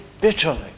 bitterly